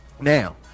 Now